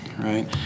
right